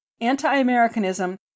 anti-Americanism